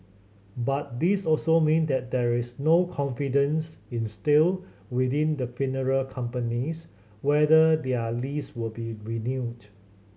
but this also mean that there is no confidence instilled within the funeral companies whether their lease will be renewed